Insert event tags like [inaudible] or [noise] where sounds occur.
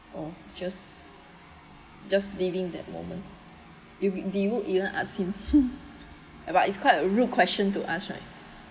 oh just just living that moment it will they would you don't ask him [laughs] but it's quite a rude question to ask right